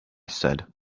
said